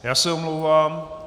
Já se omlouvám.